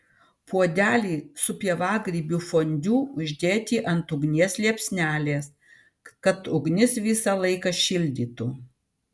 puodelį su pievagrybių fondiu uždėti ant ugnies liepsnelės kad ugnis visą laiką šildytų